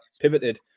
pivoted